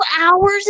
hours